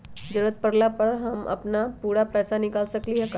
जरूरत परला पर हम अपन पूरा पैसा निकाल सकली ह का?